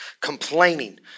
complaining